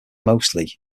mostly